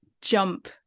jump